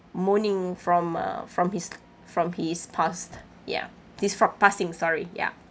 mourning from uh from his from his past ya distraught passing sorry ya